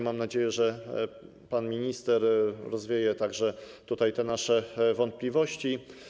Mam nadzieję, że pan minister rozwieje także te nasze wątpliwości.